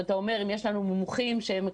שאתה אומר שאם יש לנו מומחים שמגיעים